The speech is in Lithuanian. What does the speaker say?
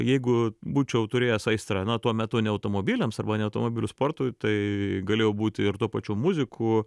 jeigu būčiau turėjęs aistrą na tuo metu ne automobiliams arba ne automobilių sportui tai galėjau būti ir tuo pačiu muziku